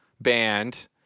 band